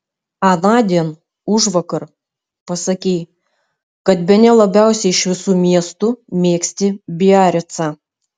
anądien užvakar pasakei kad bene labiausiai iš visų miestų mėgsti biaricą